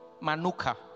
manuka